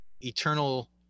eternal